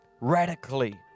radically